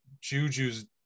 juju's